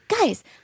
guys